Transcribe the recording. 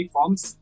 Forms